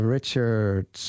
Richard